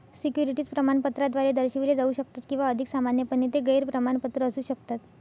securities प्रमाणपत्राद्वारे दर्शविले जाऊ शकतात किंवा अधिक सामान्यपणे, ते गैर प्रमाणपत्र असू शकतात